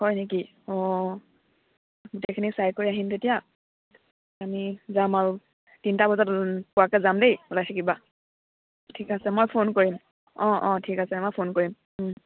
হয় নেকি অঁ গোটেইখিনি চাই কৰি আহিম তেতিয়া আমি যাম আৰু তিনিটা বজাত পোৱাকৈ যাম দেই ওলাই থাকিবা ঠিক আছে মই ফোন কৰিম অঁ অঁ ঠিক আছে মই ফোন কৰিম